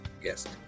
guest